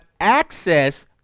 access